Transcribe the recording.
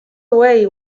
away